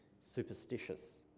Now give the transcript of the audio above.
superstitious